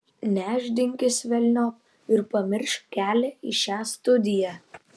nešdinkis velniop ir pamiršk kelią į šią studiją